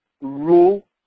rule